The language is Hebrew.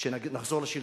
כשנחזור לשלטון,